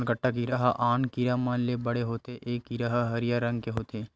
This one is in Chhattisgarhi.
कनकट्टा कीरा ह आन कीरा मन ले बड़े होथे ए कीरा ह हरियर रंग के होथे